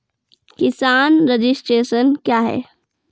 किसान रजिस्ट्रेशन क्या हैं?